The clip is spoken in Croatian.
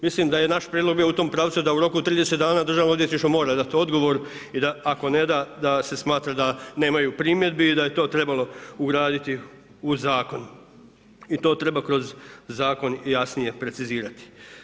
Mislim da je naš prijedlog bio u tom pravcu da u roku od 30 dana državno odvjetništvo mora dati odgovor i da ako ne da da se smatra da nemaju primjedbi i da je to trebalo ugraditi u zakon i to treba kroz jasnije i precizirati.